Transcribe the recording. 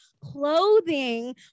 clothing